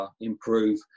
Improve